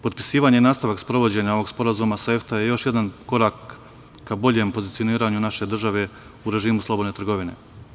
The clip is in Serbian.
Potpisivanje i nastavak sprovođenja ovog sporazuma sa EFTA je još jedan korak ka boljem pozicioniranju naše države u režimu slobodne trgovine.